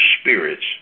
spirits